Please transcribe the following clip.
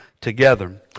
together